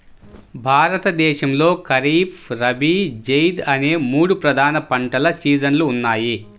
భారతదేశంలో ఖరీఫ్, రబీ, జైద్ అనే మూడు ప్రధాన పంటల సీజన్లు ఉన్నాయి